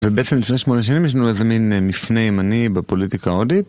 ובעצם זה שמונה שנים יש לנו איזה מין נפנה ימני בפוליטיקה הודית